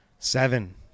Seven